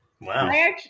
Wow